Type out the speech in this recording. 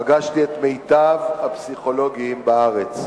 פגשתי את מיטב הפסיכולוגים בארץ,